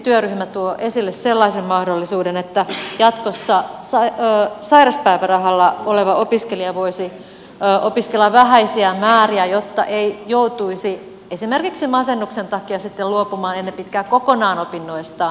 työryhmä tuo esille esimerkiksi sellaisen mahdollisuuden että sairauspäivärahalla oleva opiskelija voisi jatkossa opiskella vähäisiä määriä jotta ei joutuisi esimerkiksi masennuksen takia sitten luopumaan ennen pitkää kokonaan opinnoistaan